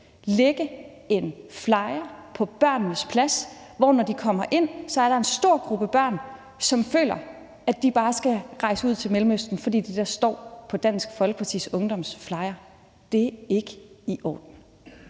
lægge en flyer på børnenes plads, så der, når de kommer ind, er en stor gruppe børn, som føler, at de bare skal rejse ud til Mellemøsten, fordi det er det, der står på Dansk Folkepartis Ungdoms flyer. Det er ikke i orden.